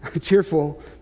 cheerful